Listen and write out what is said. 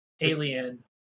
alien